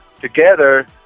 together